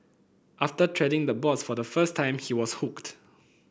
after treading the boards for the first time he was hooked